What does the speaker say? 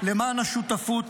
למען השותפות,